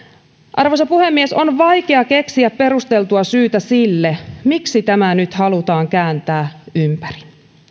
arvoisa puhemies on vaikea keksiä perusteltua syytä sille miksi tämä nyt halutaan kääntää ympäri